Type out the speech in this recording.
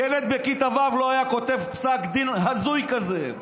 ילד בכיתה ו' לא היה כותב פסק דין הזוי כזה.